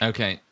Okay